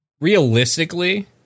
Realistically